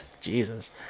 Jesus